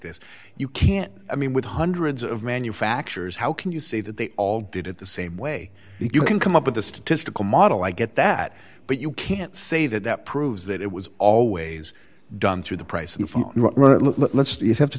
this you can't i mean with hundreds of manufacturers how can you say that they all did at the same way if you can come up with a statistical model i get that but you can't say that that proves that it was always done through the pricing from let's you have to